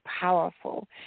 powerful